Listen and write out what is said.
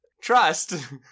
trust